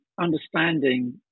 understanding